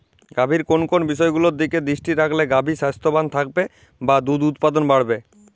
গাভীর কোন কোন বিষয়গুলোর দিকে দৃষ্টি রাখলে গাভী স্বাস্থ্যবান থাকবে বা দুধ উৎপাদন বাড়বে?